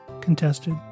contested